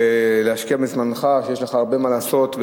ולהשקיע מזמנך כשיש לך הרבה מה לעשות: